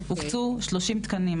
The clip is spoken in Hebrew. הוקצו 30 תקנים.